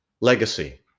Legacy